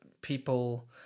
people